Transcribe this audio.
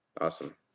Awesome